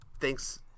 thanks